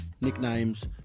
nicknames